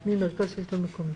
מדר ממרכז השלטון המקומי.